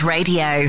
Radio